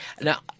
Now